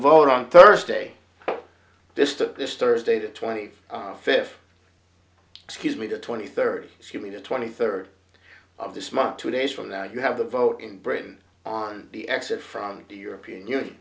vote on thursday this to this thursday the twenty fifth excuse me the twenty third if you mean the twenty third of this month two days from now you have the vote in britain on the exit from the european union